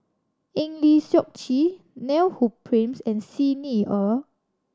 Eng Lee Seok Chee Neil Humphreys and Xi Ni Er